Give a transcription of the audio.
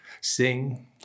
Sing